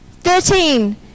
Thirteen